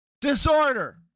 disorder